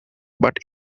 but